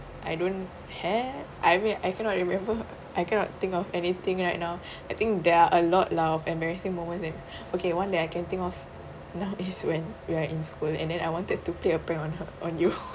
I don't have I mean I cannot remember I cannot think of anything right now I think there are a lot lah of embarrassing moments and okay one that I can think of now is when we are in school and then I wanted to play a prank on her on you